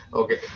okay